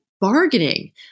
bargaining